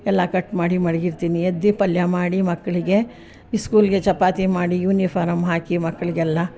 ಎಲ್ಲ ಕಟ್ ಮಾಡಿ ಮಡಗಿರ್ತೀನಿ ಎದ್ದು ಪಲ್ಯ ಮಾಡಿ ಮಕ್ಕಳಿಗೆ ಸ್ಕೂಲಿಗೆ ಚಪಾತಿ ಮಾಡಿ ಯೂನಿಫಾರ್ಮ್ ಹಾಕಿ ಮಕ್ಕಳಿಗೆಲ್ಲ